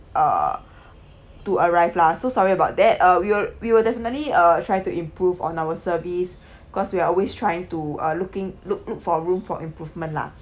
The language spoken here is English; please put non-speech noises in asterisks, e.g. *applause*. uh to arrive lah so sorry about that uh we will we will definitely uh try to improve on our service *breath* cause we are always trying to uh looking look look for room for improvement lah